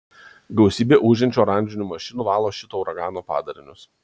gausybė ūžiančių oranžinių mašinų valo šito uragano padarinius